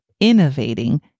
innovating